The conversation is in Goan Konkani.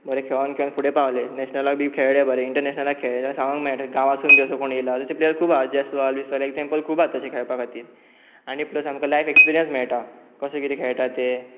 बरें खेळोन खेळ फुडे पावले नॅशनलाक बी खेळ्ळे बरे इंटरनेशनला खेळ्ळे सांगोंक मेळटा गावासून बी असो कोण येला जाल्यार तसो प्लेयर खूब जेस्वाल बी तशे एक्जांपल तशे खूब खातीर आनी प्लस आमकां लायफ एक्सपियंस मेळटा कशें किते खेळटा